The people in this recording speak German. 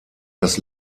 das